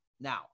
Now